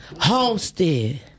Homestead